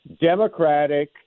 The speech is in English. Democratic